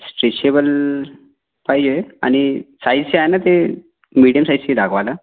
stretchable पाहिजे आणि साइजचे आहे ना ते मीडियम साइजची दाखवा ना